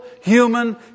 human